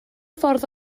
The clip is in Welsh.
ffordd